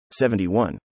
71